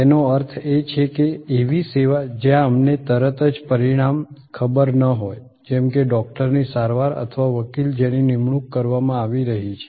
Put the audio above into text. તેનો અર્થ એ છે કે એવી સેવા જ્યાં અમને તરત જ પરિણામ ખબર ન હોય જેમ કે ડૉક્ટર ની સારવાર અથવા વકીલ જેની નિમણૂક કરવામાં આવી રહી છે